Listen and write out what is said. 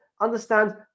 understand